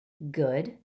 Good